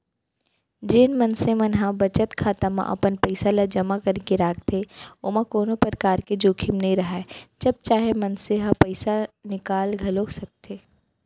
जेन मनसे मन ह बचत खाता म अपन पइसा ल जमा करके राखथे ओमा कोनो परकार के जोखिम नइ राहय जब चाहे मनसे ह पइसा निकाल घलौक सकथे